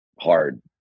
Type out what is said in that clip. hard